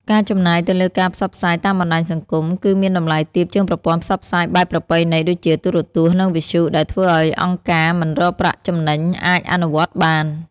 ការចំណាយទៅលើការផ្សព្វផ្សាយតាមបណ្តាញសង្គមគឺមានតម្លៃទាបជាងប្រព័ន្ធផ្សព្វផ្សាយបែបប្រពៃណីដូចជាទូរទស្សន៍ និងវិទ្យុ ដែលធ្វើឲ្យអង្គការមិនរកប្រាក់ចំណេញអាចអនុវត្តបាន។